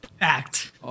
act